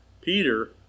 peter